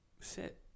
sit